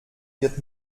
wird